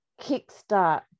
kickstart